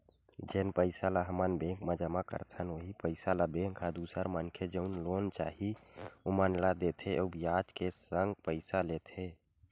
जेन पइसा ल हमन बेंक म जमा करथन उहीं पइसा ल बेंक ह दूसर मनखे जउन ल लोन चाही ओमन ला देथे अउ बियाज के संग पइसा लेथे